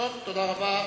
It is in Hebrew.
תודה רבה.